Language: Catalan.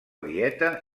dieta